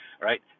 Right